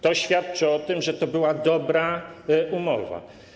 To świadczy o tym, że to była dobra umowa.